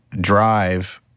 drive